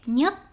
nhất